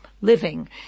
living